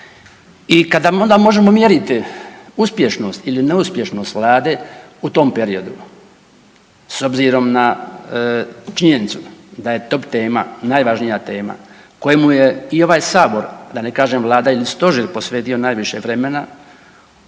I kada onda možemo mjeriti uspješnost ili neuspješnost Vlade u tom periodu s obzirom na činjenicu da je top tema, najvažnija tema kojemu je i ovaj Sabor, da ne kažem Vlada i stožer posvetio najviše vremena